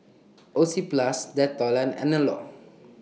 Oxyplus Dettol and Anello